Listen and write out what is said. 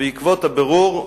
בעקבות הבירור,